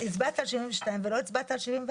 (1ב) לחוק המוצע, לאחר סעיף קטן (ב)